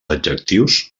adjectius